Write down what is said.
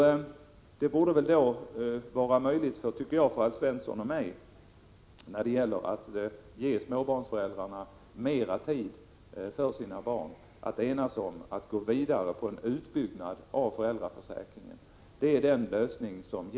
Det borde då, tycker jag, vara möjligt för Alf Svensson och mig att enas om att gå vidare med en utbyggnad av föräldraförsäkringen för att ge småbarnsföräldrarna mera tid för sina barn.